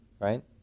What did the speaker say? Right